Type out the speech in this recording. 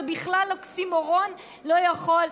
זה בכלל אוקסימורון, לא יכול.